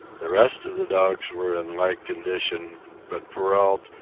the rest of the dogs were in like condition but perrault,